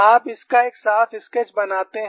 आप इस का एक साफ स्केच बनाते हैं